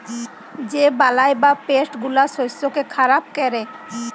যে বালাই বা পেস্ট গুলা শস্যকে খারাপ ক্যরে